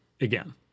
again